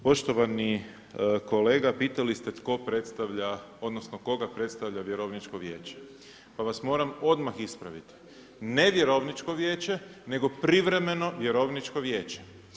Poštovani kolega pitali ste tko predstavlja odnosno koga predstavlja vjerovničko vijeće, pa vas moram odmah ispraviti, ne vjerovničko vijeće nego privremeno vjerovničko vijeće.